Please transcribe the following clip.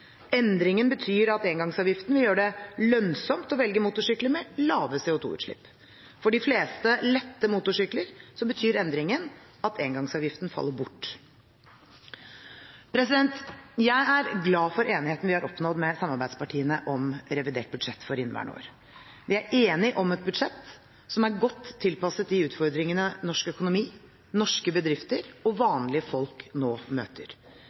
Endringen betyr at engangsavgiften vil gjøre det lønnsomt å velge motorsykler med lave CO2-utslipp. For de fleste lette motorsykler betyr endringen at engangsavgiften faller bort. Jeg er glad for enigheten vi har oppnådd med samarbeidspartiene om revidert budsjett for inneværende år. Vi er enige om et budsjett som er godt tilpasset de utfordringene norsk økonomi, norske bedrifter og vanlige folk nå møter.